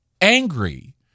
angry